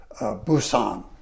Busan